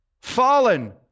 Fallen